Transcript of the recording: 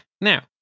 Now